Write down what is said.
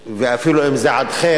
ואפילו אם זה עד ח',